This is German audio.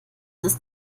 ist